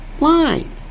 line